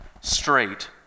straight